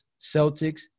Celtics